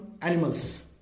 animals